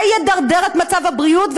זה ידרדר את מצב הבריאות,